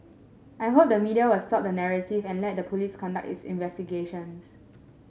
I hope the media will stop the narrative and let the police conduct its investigations